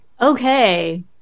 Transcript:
Okay